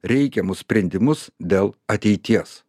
reikiamus sprendimus dėl ateities